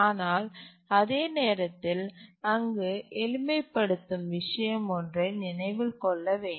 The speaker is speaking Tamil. ஆனால் அதே நேரத்தில் அங்கு எளிமைப்படுத்தும் விஷயம் ஒன்றை நினைவில் கொள்ள வேண்டும்